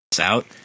out